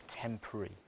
Temporary